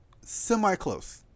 semi-close